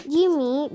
Jimmy